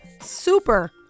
super